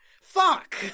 Fuck